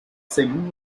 según